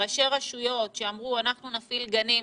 ראשי רשויות שאמרו "אנחנו נפעיל גנים",